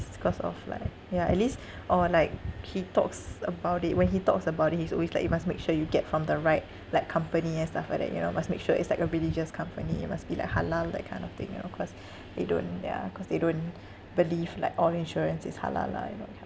cause of like ya at least or like he talks about it when he talks about it he's always like you must make sure you get from the right like company and stuff like that you know must make sure it's like a religious company it must be like halal that kind of thing you know cause they don't ya cause they don't believe like all insurance is halal lah you know